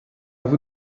vous